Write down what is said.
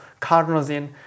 carnosine